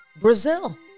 Brazil